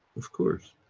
of course,